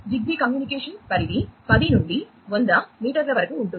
జిగ్బీలో communication పరిధి 10 నుండి 100 మీటర్ల వరకు ఉంటుంది